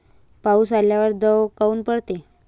पाऊस आल्यावर दव काऊन पडते?